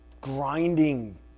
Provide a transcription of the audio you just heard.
grinding